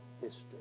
history